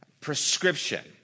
prescription